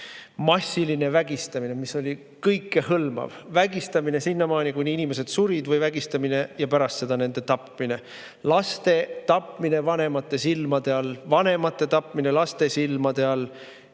massiline vägistamine, mis oli kõikehõlmav; vägistamine sinnamaani, kuni inimesed surid, või vägistamine ja pärast seda nende tapmine; laste tapmine vanemate silmade all; vanemate tapmine laste silmade all;